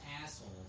assholes